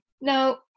Now